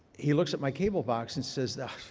he looks at my cable box and says, that's a,